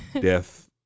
death